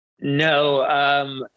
No